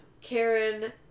Karen